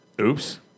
Oops